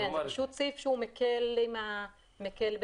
זה סעיף שהוא מקל עם המפר.